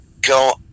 go